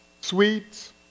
sweets